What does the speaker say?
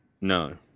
No